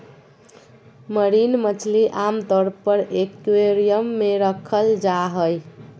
marine मछली आमतौर पर एक्वेरियम मे रखल जा हई